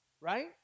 right